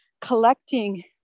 collecting